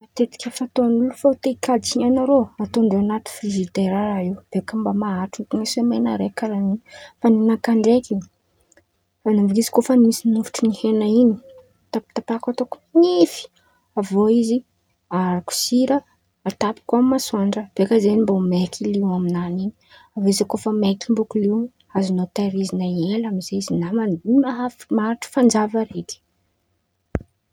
Tetiky fataon̈'olo kô fa te hikajy hen̈a irô ataondreo an̈aty frizidera raha io beka mba maharitra iony semaina karàha io. Fa ninakà ndraiky manomboka izy kô fa misy nofotry ny hen̈a in̈y tapatapako ataoko man̈ify avy eo izy aharoko sira, atapiko amy masoandra beka zen̈y mba ho maiky lio amin̈any in̈y. Izikoa fa maiky in̈y bôka lio azon̈ao tahitirizin̈y ela amizay izy nama- mah'avy maharitry fanjava raiky.